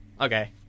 Okay